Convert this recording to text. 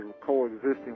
coexisting